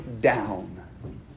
down